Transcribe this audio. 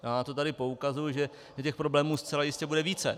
Já na to tady poukazuji, že problémů zcela jistě bude více.